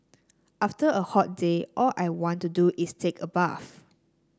after a hot day all I want to do is take a bath